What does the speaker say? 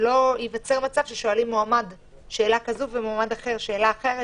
כך שלא ייווצר מצב ששואלים מועמד שאלה כזו ומועמד כזה שאלה אחרת,